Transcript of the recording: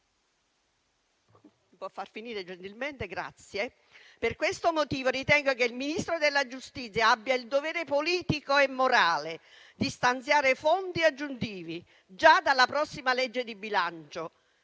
Per questo motivo ritengo che il Ministro della giustizia abbia il dovere politico e morale di stanziare fondi aggiuntivi già dalla prossima legge di bilancio